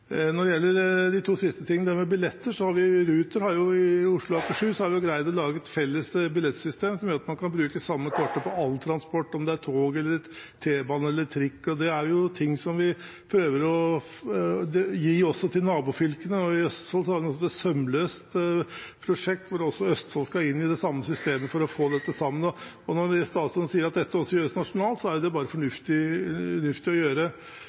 Når det gjelder billetter, har Ruter i Oslo og Akershus greid å lage et felles billettsystem som gjør at man kan bruke det samme kortet på all transport, om det er tog, T-bane, eller trikk. Det er noe vi prøver å gi også til nabofylkene. I Østfold har vi et prosjekt som heter Sømløst i Sør, der Østfold skal inn i det samme systemet for å få dette sammen. Når statsråden sier at dette også gjøres nasjonalt, er det bare fornuftig.